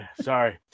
sorry